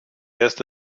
erste